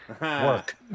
work